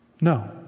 no